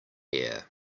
air